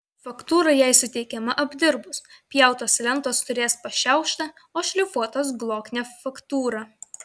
faktūra jai suteikiama apdirbus pjautos lentos turės pašiauštą o šlifuotos glotnią faktūrą